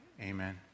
Amen